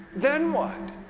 then what?